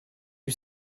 you